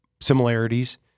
similarities